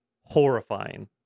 Horrifying